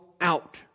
out